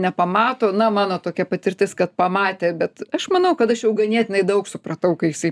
nepamato na mano tokia patirtis kad pamatė bet aš manau kad aš jau ganėtinai daug supratau kai jisai